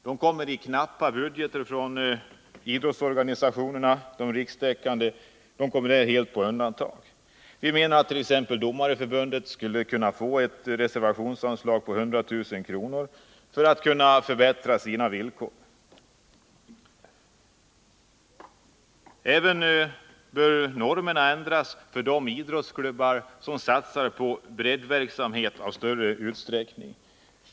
De kommer helt bort i de rikstäckande idrottsorganisationernas knappa budgetar. Vi anser t.ex. Domareförbundet skulle kunna få ett reservationsanslag på 100 000 kr. för att kunna förbättra sina villkor. Vidare anser vi att normerna bör ändras för de idrottsklubbar som satsar på breddverksamhet i större utsträckning.